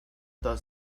does